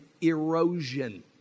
erosion